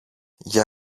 για